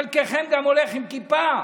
חלקכם גם הולכים עם כיפה.